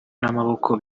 n’amaboko